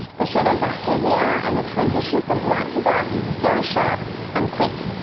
the shadows are heavier and the transition from light to dark is very sharp and quick.